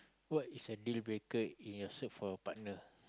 what is a dealbreaker in your search for a partner